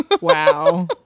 Wow